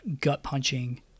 gut-punching